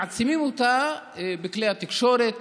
מעצימים אותה בכלי התקשורת,